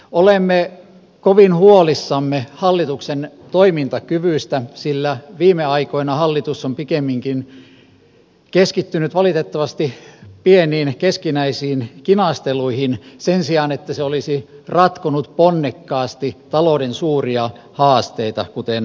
olemme kovin huolissamme hallituksen toimintakyvystä sillä viime aikoina hallitus on pikemminkin keskittynyt valitettavasti pieniin keskinäisiin kinasteluihin sen sijaan että se olisi ratkonut ponnekkaasti talouden suuria haasteita kuten odottaa sopisi